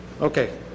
Okay